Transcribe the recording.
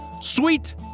Sweet